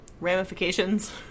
ramifications